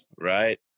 Right